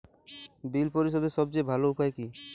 বিল পরিশোধের সবচেয়ে ভালো উপায় কী?